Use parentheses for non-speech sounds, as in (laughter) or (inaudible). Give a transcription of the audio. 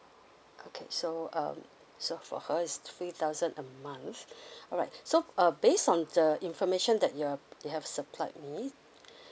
okay so um so for her is three thousand a month alright so uh based on the information that you you have supplied me (breath)